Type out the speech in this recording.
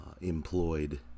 employed